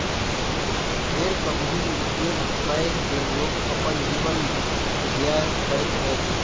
भेड़ के विभिन्न उपयोग कय के लोग अपन जीवन व्यय करैत अछि